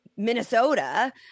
Minnesota